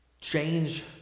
Change